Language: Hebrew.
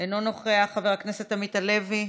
אינו נוכח, חבר הכנסת עמית הלוי,